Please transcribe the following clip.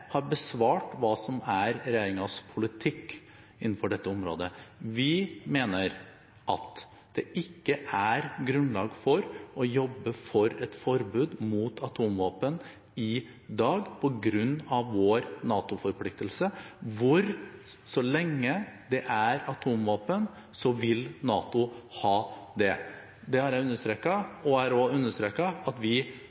har besvart hva som er regjeringens politikk innenfor dette området. Vi mener at det ikke er grunnlag for å jobbe for et forbud mot atomvåpen i dag på grunn av vår NATO-forpliktelse. Så lenge det er atomvåpen, vil NATO ha det. Det har jeg understreket, og jeg har også understreket at vi